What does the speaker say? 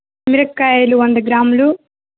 మిరపకాయలు వంద గ్రాములు